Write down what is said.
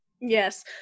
Yes